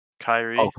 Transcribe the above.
Kyrie